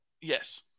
Yes